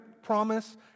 promise